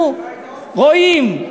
אנחנו רואים,